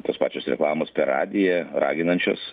tos pačios reklamos per radiją raginančios